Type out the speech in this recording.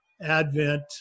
advent